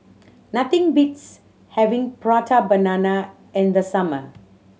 nothing beats having Prata Banana in the summer